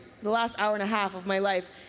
the last hour and a half of my life.